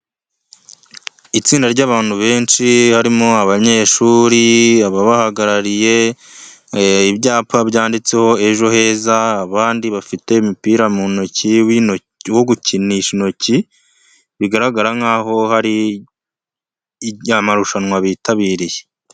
Itsinda ry'abantu benshi, harimo abanyeshuri, ababahagarariye, ibyapa byanditseho Ejoheza, abandi bafite imipira mu ntoki, wo gukinisha intoki, bigaragara nk'aho hari amarushanwa bitabiriye.